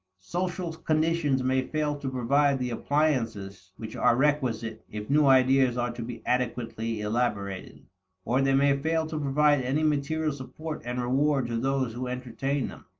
social conditions may fail to provide the appliances which are requisite if new ideas are to be adequately elaborated or they may fail to provide any material support and reward to those who entertain them.